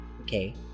okay